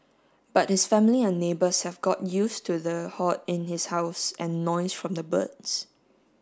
but his family and neighbours have got used to the hoard in his house and noise from the birds